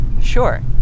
Sure